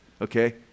okay